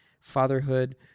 fatherhood